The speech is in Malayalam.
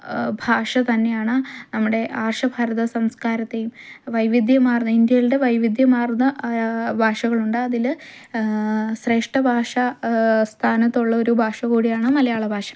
ഭാഷ തന്നെയാണ് നമ്മുടെ ആർഷ ഭാരത സംസ്കാരത്തെയും വൈവിധ്യമാര്ന്ന ഇന്ത്യയുടെ വൈവിധ്യമാര്ന്ന ഭാഷകളുണ്ട് അതില് ശ്രേഷ്ഠഭാഷ സ്ഥാനത്ത് ഉള്ള ഒരു ഭാഷ കൂടിയാണ് മലയാളഭാഷ